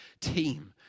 team